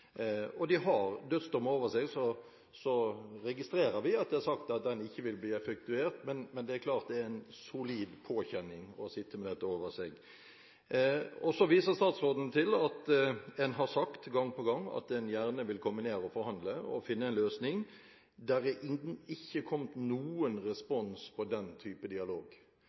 De har dødsdommen over seg. Så registrerer vi at det er sagt at den ikke vil bli effektuert, men det er klart at det er en solid påkjenning å sitte med dette over seg. Så viser utenriksministeren til at man har sagt – gang på gang – at man gjerne vil reise ned og forhandle for å finne en løsning. Det er ikke kommet noen respons på den type dialog.